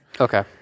Okay